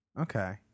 Okay